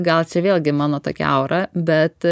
gal čia vėlgi mano tokia aura bet